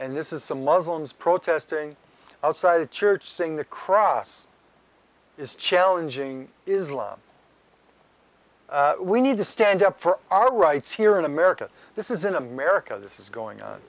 and this is some muslims protesting outside a church saying the cross is challenging islam we need to stand up for our rights here in america this is in america this is going on